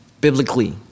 biblically